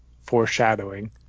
foreshadowing